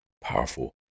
Powerful